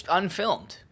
unfilmed